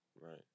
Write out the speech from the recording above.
right